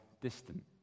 distant